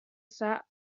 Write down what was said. sat